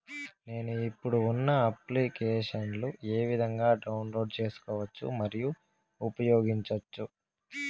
నేను, ఇప్పుడు ఉన్న అప్లికేషన్లు ఏ విధంగా డౌన్లోడ్ సేసుకోవచ్చు మరియు ఉపయోగించొచ్చు?